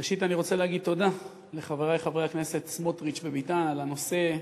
ראשית אני רוצה להגיד תודה לחברי חברי הכנסת סמוטריץ וביטן על הנושא.